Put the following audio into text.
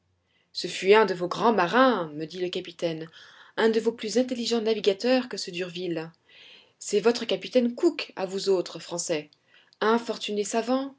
ce fut un de vos grands marins me dit le capitaine un de vos plus intelligents navigateurs que ce d'urville c'est votre capitaine cook à vous autres français infortuné savant